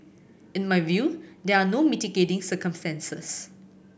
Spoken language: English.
in my view there are no mitigating circumstances